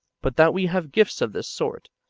but that we have gifts of this sort,